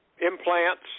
implants